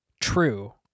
true